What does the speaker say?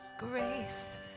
Grace